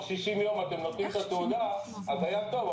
60 יום אתם נותנים את התעודה אז היה טוב,